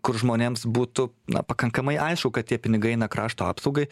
kur žmonėms būtų na pakankamai aišku kad tie pinigai eina krašto apsaugai